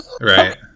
Right